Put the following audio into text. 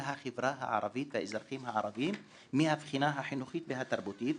החברה הערבית והאזרחים הערבים מהבחינה החינוכית והתרבותית,